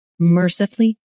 mercifully